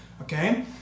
okay